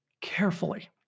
carefully